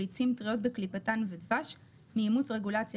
ביצים טריות בקליפתן ודבש מאימוץ רגולציה